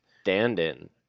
stand-in